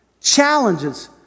Challenges